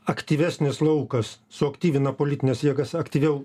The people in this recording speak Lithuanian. aktyvesnis laukas suaktyvina politines jėgas aktyviau